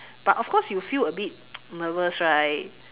but of course you'll feel a bit nervous right